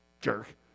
jerk